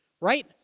right